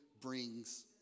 brings